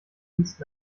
dienst